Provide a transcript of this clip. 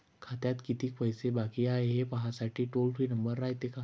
खात्यात कितीक पैसे बाकी हाय, हे पाहासाठी टोल फ्री नंबर रायते का?